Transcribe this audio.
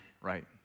right